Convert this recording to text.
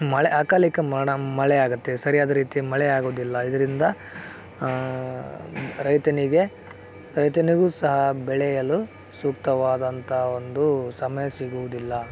ಮಳೆ ಅಕಾಲಿಕ ಮರ್ಣ ಮಳೆ ಆಗುತ್ತೆ ಸರಿಯಾದ ರೀತಿ ಮಳೆ ಆಗೊದಿಲ್ಲ ಇದರಿಂದ ರೈತನಿಗೆ ರೈತನಿಗು ಸಹ ಬೆಳೆಯಲು ಸೂಕ್ತವಾದಂತ ಒಂದು ಸಮಯ ಸಿಗುವುದಿಲ್ಲ